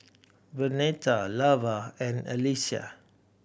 Vernetta Lavar and Allyssa